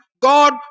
God